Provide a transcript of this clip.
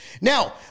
Now